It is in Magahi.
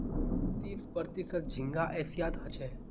तीस प्रतिशत झींगा एशियात ह छे